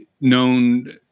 known